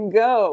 go